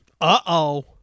Uh-oh